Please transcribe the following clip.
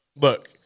Look